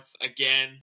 again